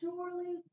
Surely